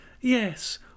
Yes